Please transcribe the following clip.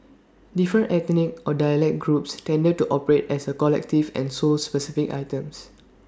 different ethnic or dialect groups tended to operate as A collective and sold specific items